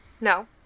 No